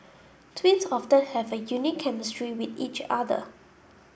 twins often have a unique chemistry with each other